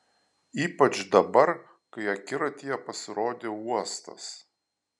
ypač dabar kai akiratyje pasirodė uostas